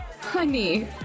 Honey